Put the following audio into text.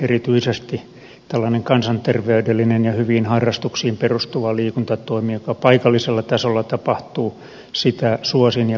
erityisesti tällaista kansanterveydellistä ja hyviin harrastuksiin perustuvaa liikuntatointa joka paikallisella tasolla tapahtuu suosin ja kannatan